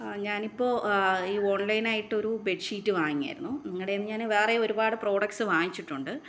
ആ ഞാനിപ്പോൾ ഈ ഓൺലൈനായിട്ടൊരു ബെഡ്ഷീറ്റ് വാങ്ങിയായിരുന്നു നിങ്ങടേന്ന് ഞാൻ വേറെയും ഒരുപാട് പ്രൊഡക്ടസ് വാങ്ങിച്ചിട്ടുണ്ട്